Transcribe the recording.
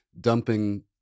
dumping